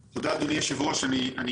תודה, אדוני היושב-ראש, על